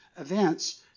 events